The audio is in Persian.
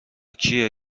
کیه